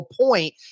point